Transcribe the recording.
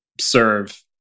serve